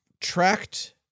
tracked